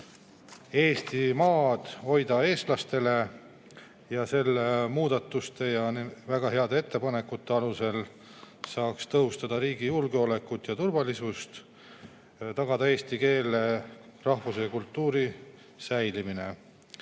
Eesti maad hoida eestlastele. Nende muudatuste ja väga heade ettepanekute alusel saaks tõhustada riigi julgeolekut ja turvalisust ning tagada eesti keele, rahvuse ja kultuuri säilimise.